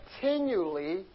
continually